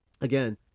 Again